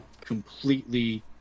completely